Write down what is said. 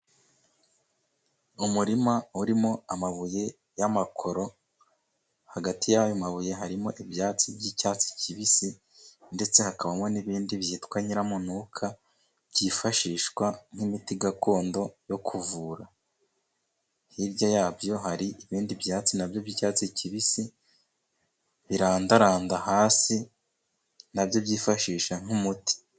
Umurima urimo amabuye y'amakoro ,hagati y'ayo mabuye harimo ibyatsi by'icyatsi kibisi ,ndetse hakabamo n'ibindi byitwa nyiramunuka, byifashishwa nk'imiti gakondo yo kuvura ,hirya yabyo hari ibindi byatsi na byo by'icyatsi kibisi, birandaranda hasi na byo byifashisha nk'umuti.